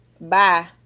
Bye